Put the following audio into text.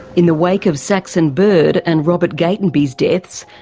in the wake of saxon bird and robert gatenby's deaths,